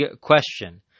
question